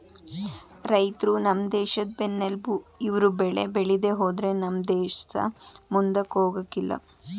ರೈತ್ರು ನಮ್ ದೇಶದ್ ಬೆನ್ನೆಲ್ಬು ಇವ್ರು ಬೆಳೆ ಬೇಳಿದೆ ಹೋದ್ರೆ ನಮ್ ದೇಸ ಮುಂದಕ್ ಹೋಗಕಿಲ್ಲ